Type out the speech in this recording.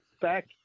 back